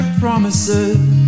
promises